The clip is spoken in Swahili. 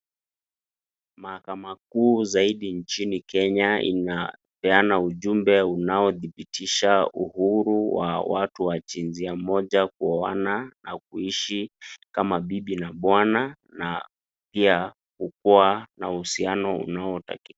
Mahakama kuu zaidi nchini Kenya inapeana ujumbe unaothibitisha uhuru wa watu wa jinsia moja kuoana au kuishi kama bibi na bwana na pia kukuwa na uhusiano unaotakika.